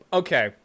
okay